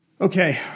Okay